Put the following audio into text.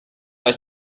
are